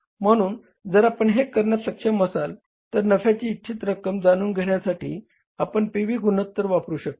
म्हणून जर आपण हे करण्यास सक्षम असाल तर नफ्याची इच्छित रक्कम जाणून घेण्यासाठी आपण पी व्ही गुणोत्तर वापरू शकता